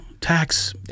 tax